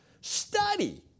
study